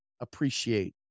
appreciate